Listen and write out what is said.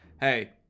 hey